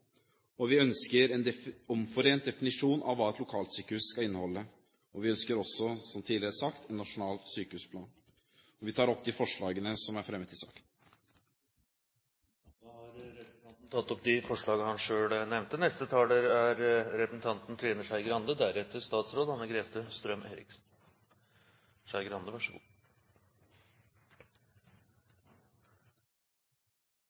som vi skulle hatt. Det beklager Kristelig Folkeparti. Derfor vil vi fryse omstillingsprosessen i lokalsykehusene omgående. Vi ønsker en omforent definisjon av hva et lokalsykehus skal inneholde. Vi ønsker også, som tidligere sagt, en nasjonal sykehusplan. Jeg tar opp de forslagene som er fremmet i innstillingen. Representanten Filip Rygg har tatt opp de forslag han selv refererte til. Da jeg hørte representanten